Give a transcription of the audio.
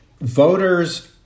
voters